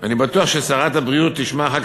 אני בטוח ששרת הבריאות תשמע משר האוצר